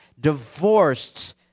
divorced